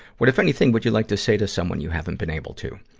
what, if anything, would you like to say to someone you haven't been able to?